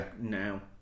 Now